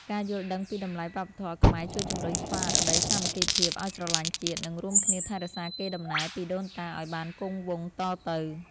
ការយល់ដឹងពីតម្លៃវប្បធម៌ខ្មែរជួយជម្រុញស្មារតីសាមគ្គីភាពឱ្យស្រឡាញ់ជាតិ និង រួមគ្នាថែរក្សាកេរដំណែលពីដូនតាឱ្យបានគង់វង្សតទៅ។